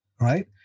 right